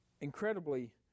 incredibly